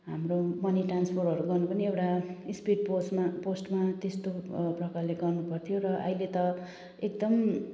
हाम्रो मनी ट्रान्सफरहरू गर्न पनि एउटा स्पिड पोस्टमा पोस्टमा त्यस्तो प्रकारले गर्नुपर्थ्यो र अहिले त एकदम